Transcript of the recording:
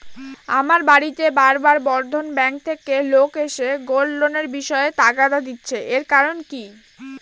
আমার বাড়িতে বার বার বন্ধন ব্যাংক থেকে লোক এসে গোল্ড লোনের বিষয়ে তাগাদা দিচ্ছে এর কারণ কি?